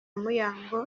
muyango